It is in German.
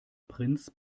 prinz